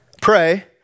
pray